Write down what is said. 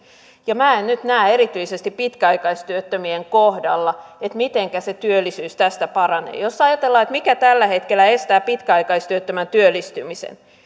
ja minä en nyt näe erityisesti pitkäaikaistyöttömien kohdalla sitä mitenkä se työllisyys tästä paranee jos ajatellaan mikä tällä hetkellä estää pitkäaikaistyöttömän työllistymisen